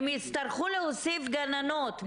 הם הצטרכו להוסיף גננות,